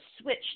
switch